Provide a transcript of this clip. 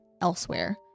elsewhere